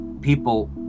people